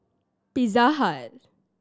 Pizza Hut